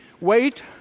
wait